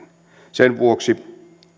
sen vuoksi